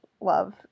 love